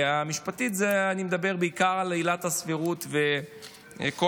אני מדבר בעיקר על עילת הסבירות וכל